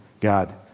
God